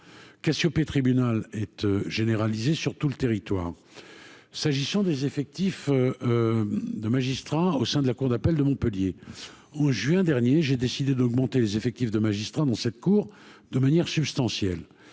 Cassiopée tribunal être généralisé sur tout le territoire, s'agissant des effectifs de magistrats au sein de la cour d'appel de Montpellier en juin dernier, j'ai décidé d'augmenter les effectifs de magistrats dans cette cour de manière substantielle,